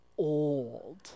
old